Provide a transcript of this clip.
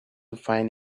find